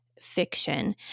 fiction